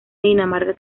dinamarca